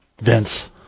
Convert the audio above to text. Vince